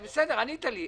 בסדר, ענית לי.